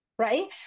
Right